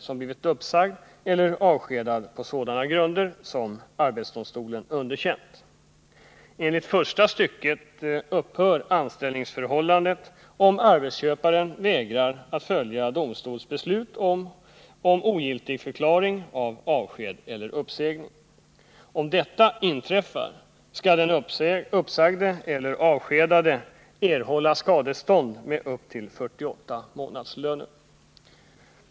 av avsked eller uppsägning. Om detta inträffar, skall den uppsagde eller avskedade erhålla skadestånd med upp till 48 månadslöner.